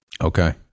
Okay